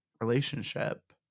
relationship